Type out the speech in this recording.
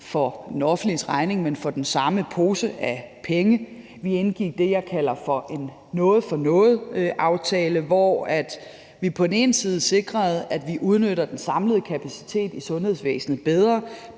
på det offentliges regning, men for den samme pose penge. Vi indgik det, jeg kalder for en noget for noget-aftale, hvor vi på den ene side sikrede, at vi udnytter den samlede kapacitet i sundhedsvæsenet bedre,